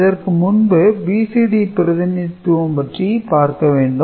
இதற்கு முன்பு BCD பிரிதிநிதித்துவம் பற்றி பார்க்க வேண்டும்